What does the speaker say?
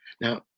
Now